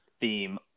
theme